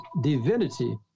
divinity